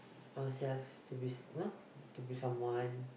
ourselves to be you know to be someone